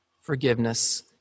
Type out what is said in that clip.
forgiveness